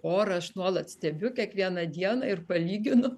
orą aš nuolat stebiu kiekvieną dieną ir palyginu